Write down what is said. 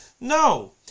no